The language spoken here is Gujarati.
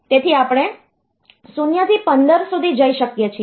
તેથી આપણે 0 થી 15 સુધી જઈ શકીએ છીએ